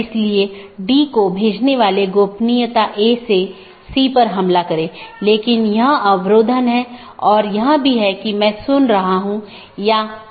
इसलिए पड़ोसियों की एक जोड़ी अलग अलग दिनों में आम तौर पर सीधे साझा किए गए नेटवर्क को सूचना सीधे साझा करती है